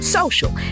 social